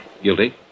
Guilty